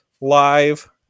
live